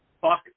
Fuck